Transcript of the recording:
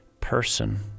person